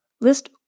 List